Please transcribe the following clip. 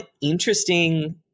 interesting